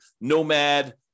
nomad